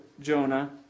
Jonah